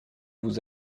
vous